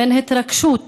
בין התרגשות לאכזבות.